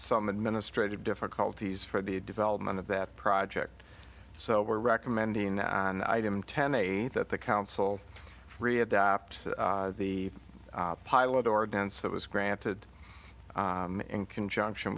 some administrative difficulties for the development of that project so we're recommending that item ten eight that the council readapt the pilot ordinance that was granted in conjunction